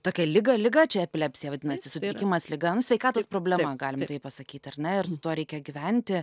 tokią ligą ligą čia epilepsija vadinasi sutrikimas liga nu sveikatos problema galim taip pasakyt ar ne ir su tuo reikia gyventi